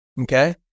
okay